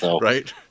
Right